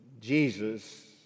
Jesus